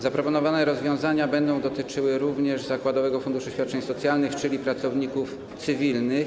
Zaproponowane rozwiązania będą dotyczyły również zakładowego funduszu świadczeń socjalnych, czyli pracowników cywilnych.